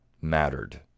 mattered